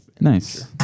Nice